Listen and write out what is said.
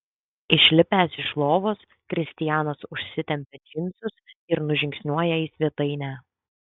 išlipęs iš lovos kristianas užsitempia džinsus ir nužingsniuoja į svetainę